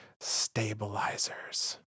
stabilizers